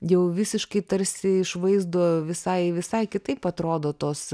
jau visiškai tarsi iš vaizdo visai visai kitaip atrodo tos